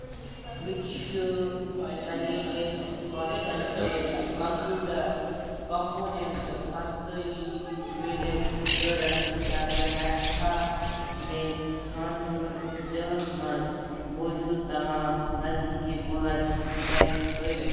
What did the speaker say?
مےٚ چھِ platelet concentrate computer component پانٛژتٲجی یونٹ ضروٗرت، کیٛاہ ژٕ ہیٚککھا مےٚ تھنٛجاوُر ضلعس مَنٛز موٗجوٗد تمام نزدیٖکی بلڈ بینٛک ہٲوِتھ؟